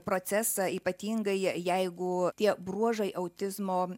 procesą ypatingai jeigu tie bruožai autizmo